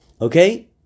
okay